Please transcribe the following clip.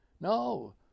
No